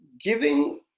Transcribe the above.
giving